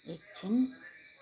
एकछिन्